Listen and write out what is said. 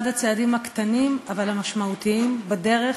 אחד הצעדים הקטנים אבל המשמעותיים בדרך